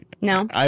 No